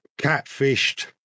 catfished